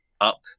up